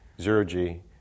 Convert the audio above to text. Zero-G